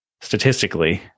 statistically